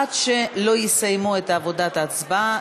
עד שלא יסיימו את עבודת ההצבעה,